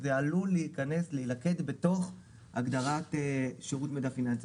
זה עלול להילכד בתוך הגדרת שירות מידע פיננסי.